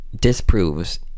disproves